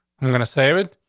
i'm going to save it,